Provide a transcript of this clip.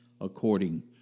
according